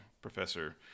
Professor